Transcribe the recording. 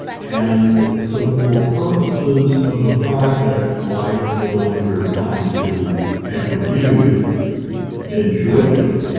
and so for purposes of a project like the one we're trying to have reviewed in ch'u'itnu,